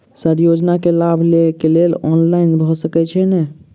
Sir योजना केँ लाभ लेबऽ लेल ऑनलाइन भऽ सकै छै नै?